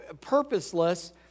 purposeless